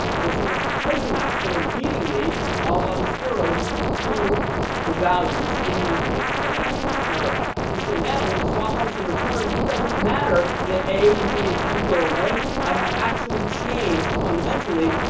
or sort of treasure maps that are leading me a la these arrows to the values in memory that i actually care about. and so now when the swap function returns, it doesn't matter that a and b and temp go away, i have actually changed fundamentally,